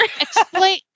Explain